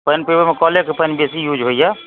पानि पीबैमे कलेके पानि बेसी यूज होइया